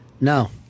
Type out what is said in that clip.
no